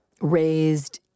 raised